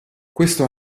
questo